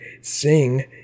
sing